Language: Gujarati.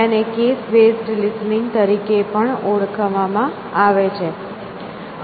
તેને કેસ બેઝ લિસનીંગ તરીકે પણ ઓળખવામાં આવે છે